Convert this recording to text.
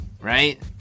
right